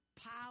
power